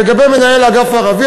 לגבי מנהל האגף הערבי,